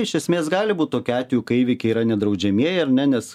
iš esmės gali būt tokių atvejų kai įvykiai yra nedraudžiamieji ar ne nes